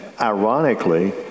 ironically